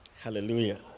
hallelujah